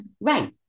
Right